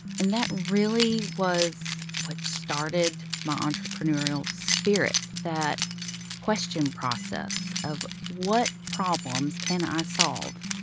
and that really was what started my entrepreneurial spirit, that question process of what problems can i solve?